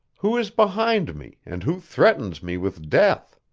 who is behind me, and who threatens me with death?